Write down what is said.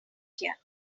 here